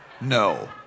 No